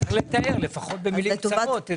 צריך לתאר לפחות במילים קצרות.